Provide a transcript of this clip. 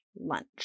lunch